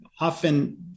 often